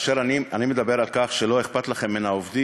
כאשר אני מדבר על כך שלא אכפת לכם מהעובדים,